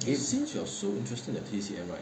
if since you're so interested in T_C_M